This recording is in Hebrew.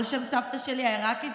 על שם סבתא שלי העיראקית,